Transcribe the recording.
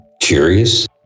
curious